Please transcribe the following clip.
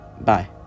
Bye